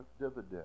dividend